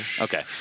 Okay